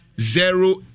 zero